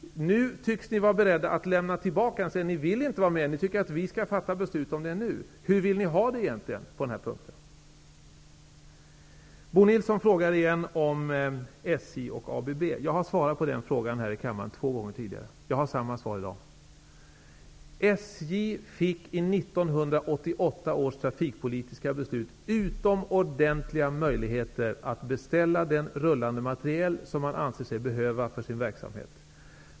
Nu tycks ni vara beredda att ta tillbaka detta. Ni vill inte vara med utan tycker att vi nu skall fatta beslut om detta. Hur vill ni egentligen ha det på denna punkt? Bo Nilsson frågar återigen om SJ och ABB. Jag har två gånger tidigare svarat på den frågan här i kammaren, och jag har samma svar i dag. SJ fick i 1988 års trafikpolitiska beslut utomordentliga möjligheter att beställa den rullande materiel som man anser sig behöva för sin verksamhet.